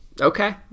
Okay